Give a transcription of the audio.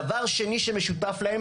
דבר שני שמשותף להם,